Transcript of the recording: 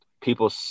people